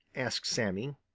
asked sammy.